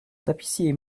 tapissier